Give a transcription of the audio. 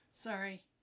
Sorry